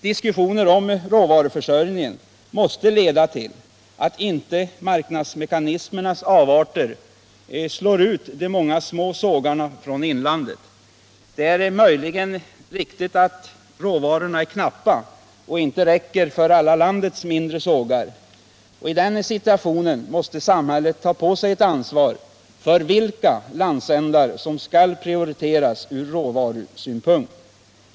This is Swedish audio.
Diskussioner om råvaruförsörjningen måste leda till att inte marknadsmekanismernas avarter slår ut de många små sågarna från inlandet. Det är möjligen riktigt att råvarorna är knappa och inte räcker för alla landets mindre sågar. I den situationen måste samhället ta på sig ett ansvar för vilka landsändar som skall prioriteras ur råvarusynpunkt.